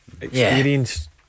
experienced